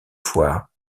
fois